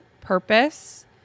purpose